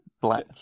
black